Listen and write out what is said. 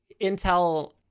intel